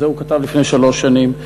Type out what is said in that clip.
את זה הוא כתב לפני שלוש שנים,